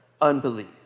unbelief